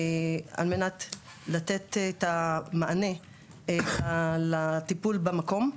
על מנת לתת את המענה על הטיפול במקום.